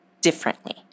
differently